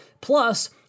Plus